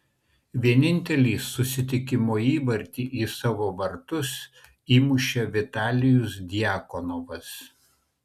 vienintelį susitikimo įvartį į savo vartus įmušė vitalijus djakonovas